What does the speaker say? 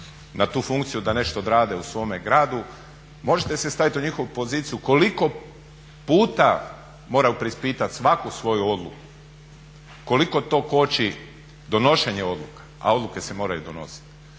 na tu funkciju da nešto odrade u svome gradu, možete se stavit u njihovu poziciju koliko puta moraju preispitat svaku svoju odluku, koliko to koči donošenje odluka, a odluke se moraju donositi.